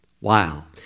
Wow